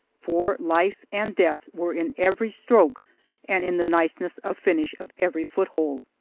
for life and death were in every stroke and in the niceness of finish of every foothold.